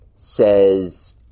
Says